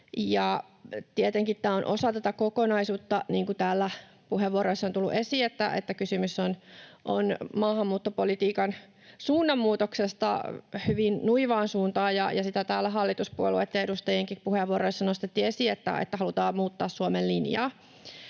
Tietenkin tämä on osa tätä kokonaisuutta, niin kuin täällä puheenvuoroissa on tullut esiin, että kysymys on maahanmuuttopolitiikan suunnanmuutoksesta hyvin nuivaan suuntaan, ja sitä täällä hallituspuolueitten edustajienkin puheenvuoroissa nostettiin esiin, että halutaan muuttaa Suomen linjaa.